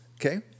okay